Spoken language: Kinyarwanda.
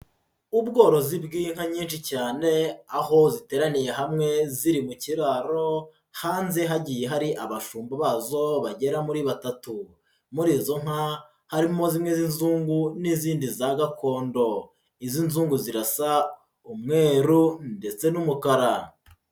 Ubworozi bw'inka nyinshi cyane, aho ziteraniye hamwe ziri mu kiraro, hanze hagiye hari abashumba bazo bagera muri batatu, muri izo nka harimo zimwe z'inzungu n'izindi za gakondo, iz'inzungu zirasa umweru ndetse n'umukara.